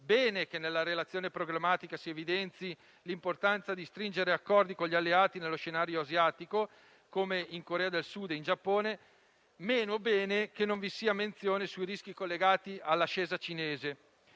bene che nella relazione programmatica si evidenzi l'importanza di stringere accordi con gli alleati nello scenario asiatico, come in Corea del Sud e in Giappone; meno bene, però, che non vi sia menzione dei rischi collegati all'ascesa cinese.